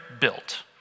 built